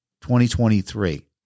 2023